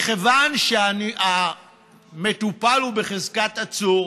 מכיוון שהמטופל הוא בחזקת עצור.